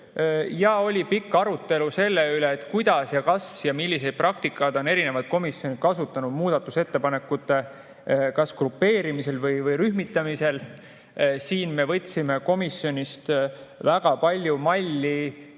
ja oli pikk arutelu selle üle, kuidas ja milliseid praktikaid on erinevad komisjonid kasutanud muudatusettepanekute grupeerimisel või rühmitamisel. Siin me võtsime komisjonis väga palju malli